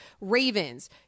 Ravens